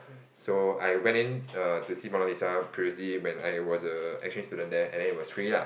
so I went in err to see Mona Lisa previously when I was a exchange student there and then it was free lah